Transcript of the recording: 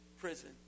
prison